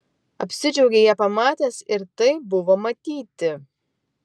apsidžiaugei ją pamatęs ir tai buvo matyti